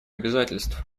обязательств